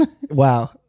Wow